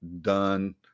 done